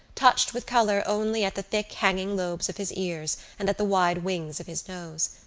touched with colour only at the thick hanging lobes of his ears and at the wide wings of his nose.